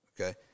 okay